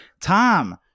Tom